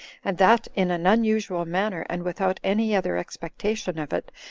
and that in an unusual manner, and without any other expectation of it,